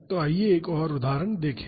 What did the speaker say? तो आइए एक और उदाहरण देखें